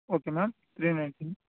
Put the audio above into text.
okay ma'am three nineteen